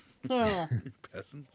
peasants